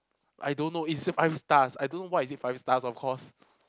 I don't know it's a five stars I don't know why is it five stars of course